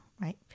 Right